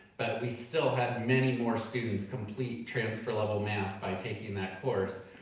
but we still had many more students complete transfer-level math by taking that course.